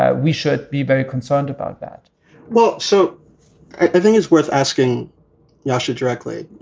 ah we should be very concerned about that well, so think is worth asking yahshua directly. you